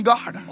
God